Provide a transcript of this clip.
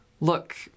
look